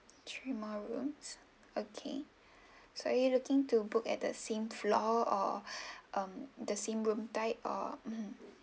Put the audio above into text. three more rooms okay so are you looking to book at the same floor or um the same room type or mmhmm